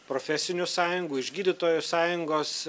profesinių sąjungų iš gydytojo sąjungos